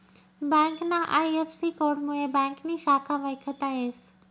ब्यांकना आय.एफ.सी.कोडमुये ब्यांकनी शाखा वयखता येस